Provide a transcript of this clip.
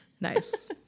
nice